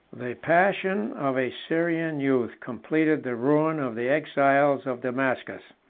the passion of a syrian youth completed the ruin of the exiles of damascus.